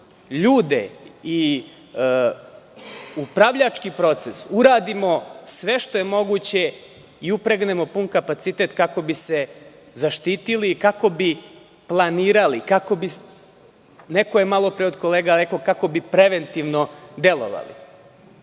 ljude i upravljački proces uradimo sve što je moguće i upregnemo pun kapacitet kako bismo se zaštitili i kako bismo planirali, kako je neko malo pre od kolega rekao – kako bismo preventivno delovali